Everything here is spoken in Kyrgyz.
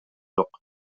жок